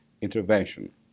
intervention